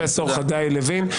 פרופ' חגי לוין,